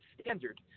standard